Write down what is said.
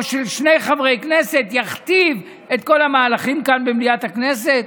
או שני חברי כנסת יכתיב את כל המהלכים כאן במליאת הכנסת.